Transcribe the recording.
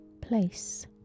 place